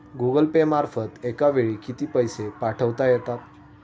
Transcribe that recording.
Google Pay मार्फत एका वेळी किती पैसे पाठवता येतात?